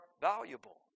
valuable